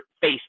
face